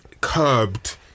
curbed